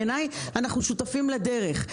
בעיניי, אנחנו שותפים לדרך.